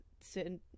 certain